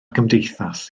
gymdeithas